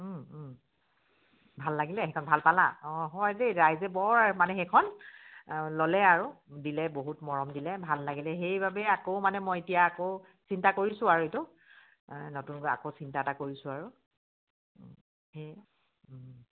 ভাল লাগিলে সেইখন ভাল পালা অঁ হয় দেই ৰাইজে বৰ মানে সেইখন ল'লে আৰু দিলে বহুত মৰম দিলে ভাল লাগিলে সেইবাবেই আকৌ মানে মই এতিয়া আকৌ চিন্তা কৰিছোঁ আৰু এইটো নতুনকৈ আকৌ চিন্তা এটা কৰিছোঁ আৰু সেই